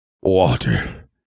Water